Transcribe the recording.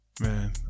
Man